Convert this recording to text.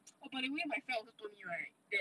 oh by the way my friend also told me right that